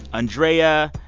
andrea.